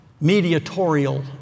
mediatorial